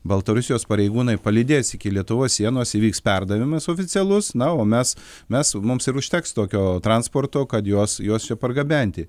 baltarusijos pareigūnai palydės iki lietuvos sienos įvyks perdavimas oficialus na o mes mes mums ir užteks tokio transporto kad juos juos čia pargabenti